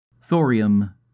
Thorium